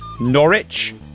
Norwich